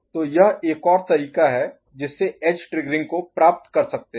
तो यह एक और तरीका है जिससे एज ट्रिग्गरिंग को प्राप्त कर सकते हैं